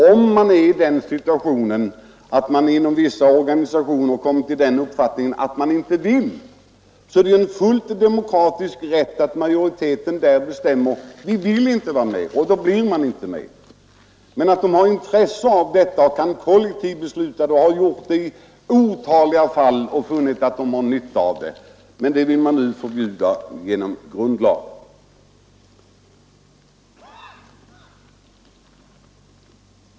Om man inom vissa organisationer kommer till den uppfattningen att man inte vill kollektivansluta sig är det en fullt demokratisk rättighet för majoriteten att bestämma: Vi vill inte vara med! Och då ansluter man sig inte. Medlemmarna har intresse av detta de har i otaliga fall funnit att de har nytta av avdelningarnas kollektivanslutning — men detta vill man nu förbjuda i grundlag.